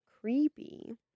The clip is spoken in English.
Creepy